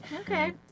Okay